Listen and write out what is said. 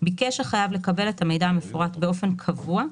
ביקש החייב לקבל את המידע המפורט באופן קבוע,